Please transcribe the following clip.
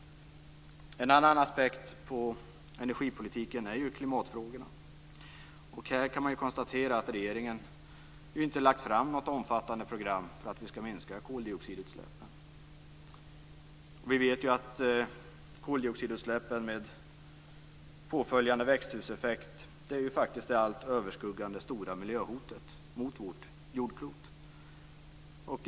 En annan aspekt på energipolitiken är klimatfrågorna. Man kan konstatera att regeringen inte har lagt fram något omfattande program för att koldioxidutsläppen skall minska. Vi vet att koldioxidutsläppen med påföljande växthuseffekt är det allt överskuggande stora miljöhotet mot vårt jordklot.